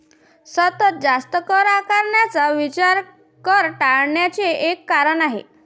सतत जास्त कर आकारण्याचा विचार कर टाळण्याचे एक कारण आहे